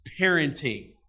parenting